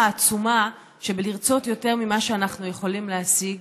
העצומה שבלרצות יותר ממה שאנחנו יכולים להשיג,